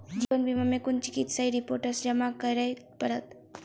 जीवन बीमा मे केँ कुन चिकित्सीय रिपोर्टस जमा करै पड़त?